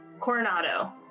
Coronado